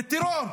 זה טרור,